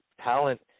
talent